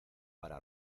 para